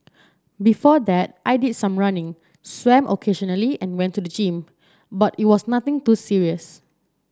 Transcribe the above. before that I did some running swam occasionally and went to the gym but it was nothing too serious